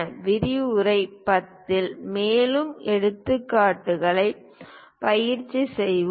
விரிவுரை 10 இல் மேலும் எடுத்துக்காட்டுகளைப் பயிற்சி செய்வோம்